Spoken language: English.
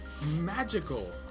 Magical